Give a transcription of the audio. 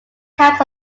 types